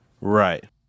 Right